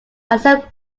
accept